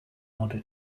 order